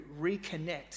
reconnect